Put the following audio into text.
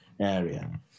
area